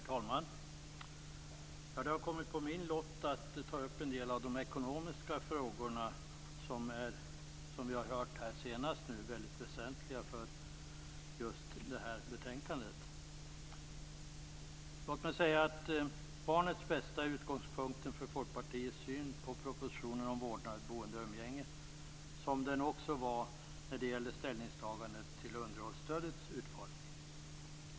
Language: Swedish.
Herr talman! Det har fallit på min lott att ta upp en del av de ekonomiska frågorna. De är, som vi hörde här senast, väldigt väsentliga i detta betänkande. Låt mig säga att barnets bästa är utgångspunkten för Folkpartiets syn på propositionen om vårdnad, boende och umgänge. Så var det också när det gällde ställningstagandet till underhållsstödets utformning.